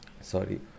sorry